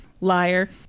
liar